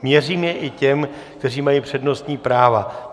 Měřím ho i těm, kteří mají přednostní práva.